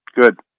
Good